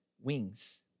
wings